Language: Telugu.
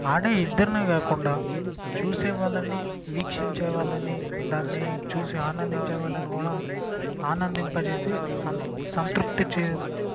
ఆడే ఇద్దరినే కాకుండా చూసే వాళ్ళని వీక్షించే వాళ్ళని దాన్ని చూసి ఆనందించే వాళ్ళని కూడా ఆనందింపజేసే సం సంతృప్తి చే